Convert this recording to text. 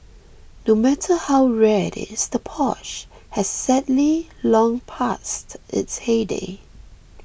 no matter how rare it is the Porsche has sadly long passed its heyday